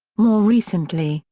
more recently,